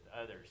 others